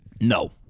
No